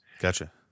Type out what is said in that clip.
Gotcha